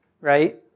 right